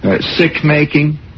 sick-making